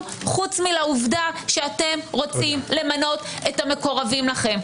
חוץ מלעובדה שאתם רוצים למנות את המקורבים לכם.